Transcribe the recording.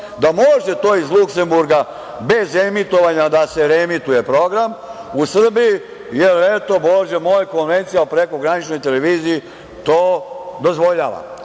da može to iz Luksemburga bez emitovanja da se reemituje program u Srbiji, jer eto, Bože moj, Konvencija o prekograničnoj televiziji to dozvoljava.